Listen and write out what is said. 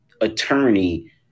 attorney